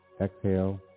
Exhale